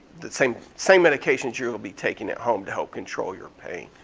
the same same medications you'll be taking at home to help control your pain.